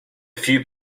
few